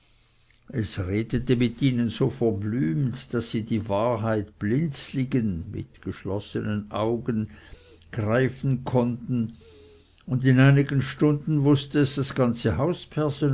es redete mit ihnen so verblümt daß sie die wahrheit blinzligen greifen konnten und in einigen stunden wußte es das ganze